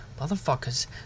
motherfuckers